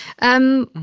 and